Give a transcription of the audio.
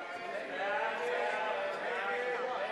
להעביר את